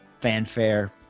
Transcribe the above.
fanfare